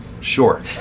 sure